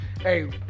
Hey